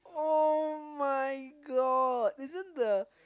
[oh]-my-god isn't the